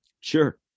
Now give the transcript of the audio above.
Sure